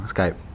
Skype